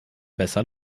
besser